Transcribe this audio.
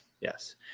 Yes